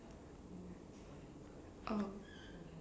oh